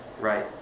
right